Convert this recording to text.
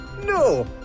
No